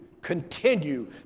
continue